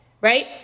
Right